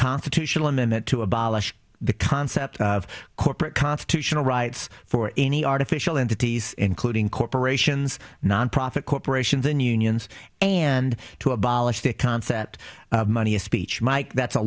constitutional amendment to abolish the concept of corporate constitutional rights for any artificial entities including corporations nonprofit corporation than unions and to abolish the concept of money is speech mike that's a